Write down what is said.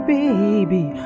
baby